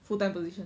full time position